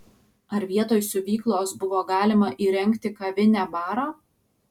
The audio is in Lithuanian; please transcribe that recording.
ar vietoj siuvyklos buvo galima įrengti kavinę barą